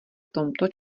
tomto